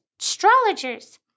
astrologers